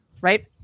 Right